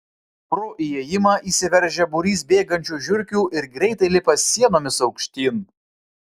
pro įėjimą įsiveržia būrys bėgančių žiurkių ir greitai lipa sienomis aukštyn